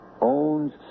owns